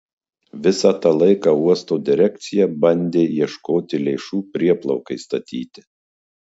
visą tą laiką uosto direkcija bandė ieškoti lėšų prieplaukai statyti